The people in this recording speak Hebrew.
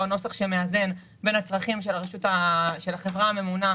הנוסח שמאזן בין הצרכים של החברה הממונה,